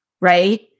right